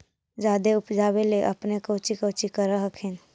जादे उपजाबे ले अपने कौची कौची कर हखिन?